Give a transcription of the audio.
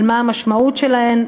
על המשמעות שלהם,